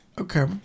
okay